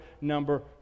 number